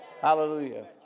Hallelujah